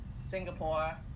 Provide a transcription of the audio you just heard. Singapore